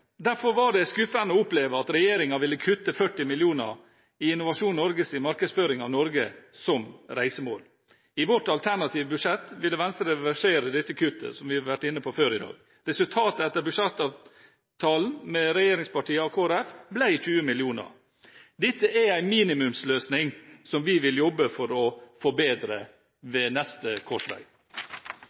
Derfor var det skuffende å oppleve at regjeringen ville kutte 40 mill. kr i Innovasjon Norges markedsføring av Norge som reisemål. I vårt alternative budsjett ville Venstre reversere dette kuttet, som vi har vært inne på før i dag. Resultatet etter budsjettavtalen med regjeringspartiene og Kristelig Folkeparti ble 20 mill. kr. Dette er en minimumsløsning som vi vil jobbe for å forbedre ved neste korsvei.